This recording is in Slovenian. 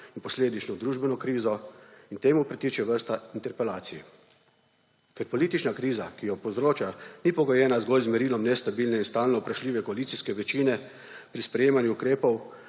in posledično družbeno krizo in temu pritiče vrsta interpelacij. Ker politična kriza, ki jo povzroča, ni pogojena zgolj z merilom nestabilne in stalno vprašljive koalicijske večine pri sprejemanju ukrepov,